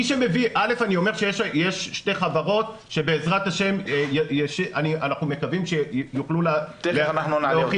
אני אומר שיש שתי חברות שבעזרת ה' אנחנו מקווים שיוכלו להוכיח,